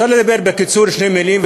אפשר לומר בשתי מילים,